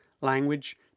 language